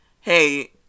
hey